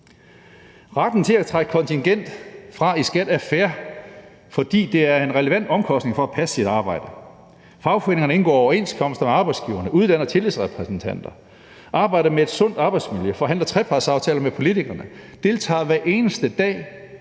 Retten til at trække kontingent fra i skat er fair, fordi det er en relevant omkostning for at passe sit arbejde. Fagforeningerne indgår overenskomster med arbejdsgiverne, uddanner tillidsrepræsentanter, arbejder med et sundt arbejdsmiljø, forhandler trepartsaftaler med politikerne, deltager hver eneste dag